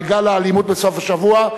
על גל האלימות בסוף השבוע.